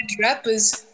rappers